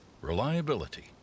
Reliability